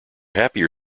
happier